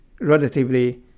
relatively